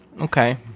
Okay